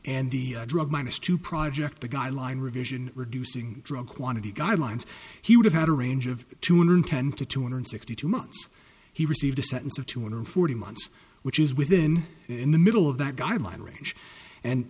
and the drug minus two project the guideline revision reducing drug quantity guidelines he would have had a range of two hundred ten to two hundred sixty two months he received a sentence of two hundred forty months which is within in the middle of that guideline range and